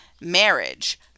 marriage